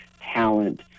talent